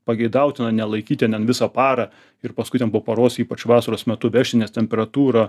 pageidautina nelaikyt ten visą parą ir paskui ten po paros ypač vasaros metu vežti nes temperatūra